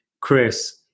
Chris